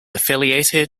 affiliated